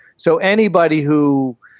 so anybody who,